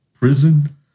Prison